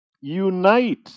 Unite